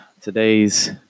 Today's